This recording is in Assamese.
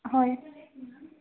হয়